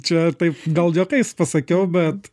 čia taip gal juokais pasakiau bet